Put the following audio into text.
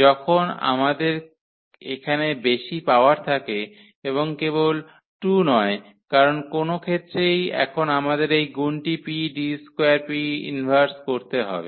যখন আমাদের এখানে বেশী পাওয়ার থাকে এবং কেবল 2 নয় কারণ কোনও ক্ষেত্রেই এখন আমাদের এই গুণটি 𝑃D2𝑃−1 করতে হবে